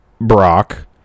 Brock